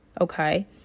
Okay